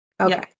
Okay